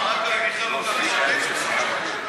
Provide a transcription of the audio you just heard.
כל, לא.